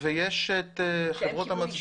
ויש את חברות המצברים.